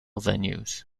venues